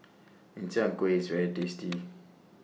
Min Chiang Kueh IS very tasty